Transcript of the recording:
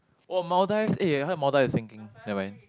!wow! Maldives eh I heard Maldives is sinking never mind